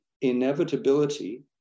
inevitability